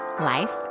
life